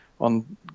On